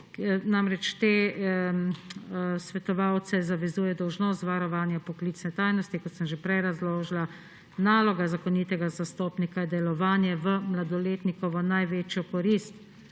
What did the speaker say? Te svetovalce zavezuje dolžnost varovanja poklicne tajnosti, kot sem že prej razložila. Naloga zakonitega zastopnika je delovanje v mladoletnikovo največjo korist.